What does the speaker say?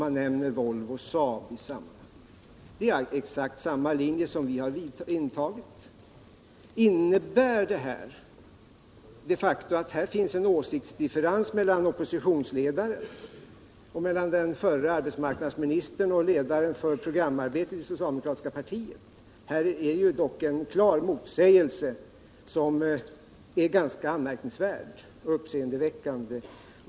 Man nämner Volvo och Saab i sammanhanget. Det är exakt samma hållning som vi har intagit. Innebär detta de facto att här finns en åsiktsdifferens mellan oppositionsledaren och den förre arbetsmarknadsministern och ledaren för programarbetet i det socialdemokratiska partiet? Här föreligger dock en klar motsägelse som är ganska anmärkningsvärd och uppseendeväckande.